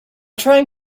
trying